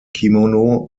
kimono